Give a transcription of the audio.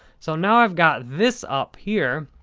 so, now i've got this up here